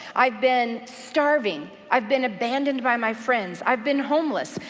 i've been starving. i've been abandoned by my friends. i've been homeless.